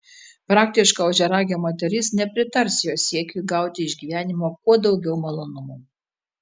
praktiška ožiaragio moteris nepritars jo siekiui gauti iš gyvenimo kuo daugiau malonumų